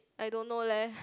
I don't know leh